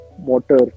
Water